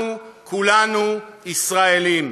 אנחנו כולנו ישראלים,